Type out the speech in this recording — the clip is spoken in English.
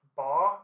bar